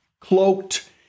cloaked